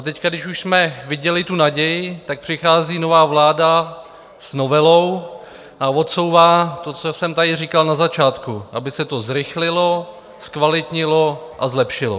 No a teď, když už jsme viděli naději, přichází nová vláda s novelou a odsouvá to, co jsem tady říkal na začátku, aby se to zrychlilo, zkvalitnilo a zlepšilo.